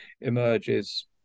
emerges